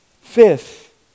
Fifth